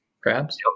crabs